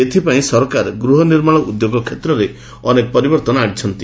ଏଥିପାଇଁ ସରକାର ଗୃହନିର୍ମାଣ ଉଦ୍ୟୋଗ କ୍ଷେତ୍ରରେ ଅନେକ ପରିବର୍ତ୍ତନ ଆଣିଛନ୍ତି